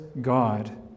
God